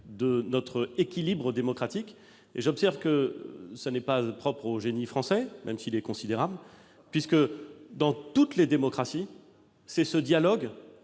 de notre équilibre démocratique. Il n'est d'ailleurs pas propre au génie français, même si celui-ci est considérable, puisque, dans toutes les démocraties, c'est ce dialogue